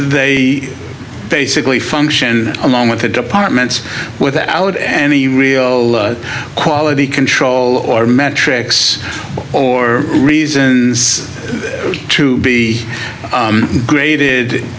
they basically function along with the department without any real quality control or metrics or reason to be graded